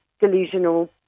delusional